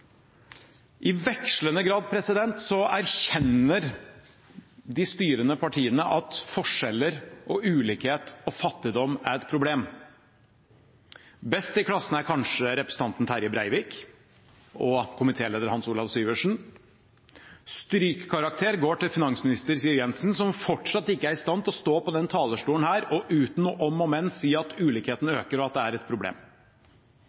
I vekslende grad erkjenner de styrende partiene at forskjeller, ulikhet og fattigdom er et problem. Best i klassen er kanskje representanten Terje Breivik og komitéleder Hans Olav Syversen. Strykkarakter går til finansminister Siv Jensen, som fortsatt ikke er i stand til å stå på denne talerstolen og uten noe om og men si at ulikhetene øker, og at det er et problem.